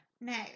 Now